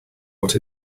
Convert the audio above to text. what